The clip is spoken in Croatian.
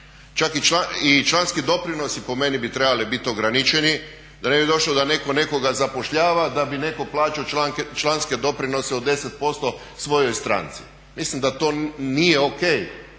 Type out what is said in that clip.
Čak i članski doprinosi po meni bi trebali biti ograničeni da ne bi došlo da netko nekoga zapošljava da bi netko plaćao članske doprinose od 10% svojoj stranci. Mislim da to nije ok,